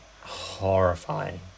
horrifying